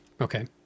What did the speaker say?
Okay